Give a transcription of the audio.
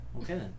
Okay